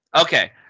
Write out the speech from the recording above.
Okay